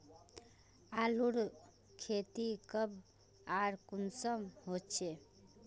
आलूर खेती कब आर कुंसम होचे?